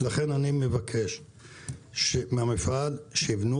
לכן אני מבקש מהמפעל שיבנו